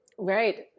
Right